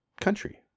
country